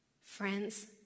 Friends